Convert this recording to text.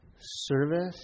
service